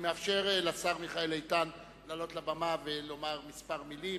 אני מאפשר לשר מיכאל איתן לעלות לבמה ולומר כמה מלים.